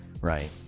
Right